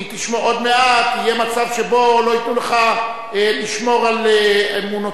כי עוד מעט יהיה מצב שבו לא ייתנו לך לשמור על אמונותיך,